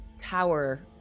tower